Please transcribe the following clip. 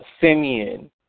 Simeon